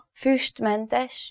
füstmentes